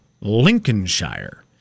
Lincolnshire